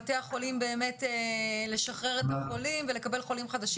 לבתי החולים לשחרר את החולים ולקבל חולים חדשים.